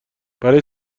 برای